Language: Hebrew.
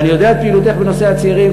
ואני יודע את פעילותך בנושא הצעירים,